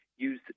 use